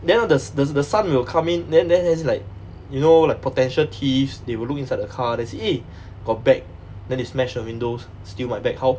then ah the the the sun will come in then then then it's like you know like potential thieves they will look inside the car then see eh got bag then they smash the windows steal my bag how